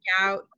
out